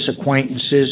acquaintances